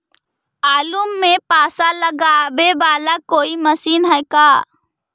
आलू मे पासा लगाबे बाला कोइ मशीन है का?